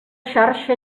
xarxa